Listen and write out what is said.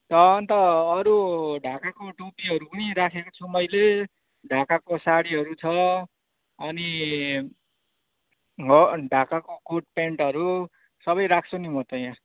त अन्त अरू ढाकोको टोपीहरू पनि राखेको छु मैले ढाकाको सारीहरू छ अनि हो ढाकाको कोट प्यान्टहरू सबै राख्छु नि म त यहाँ